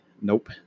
Nope